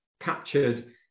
captured